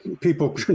people